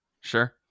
sure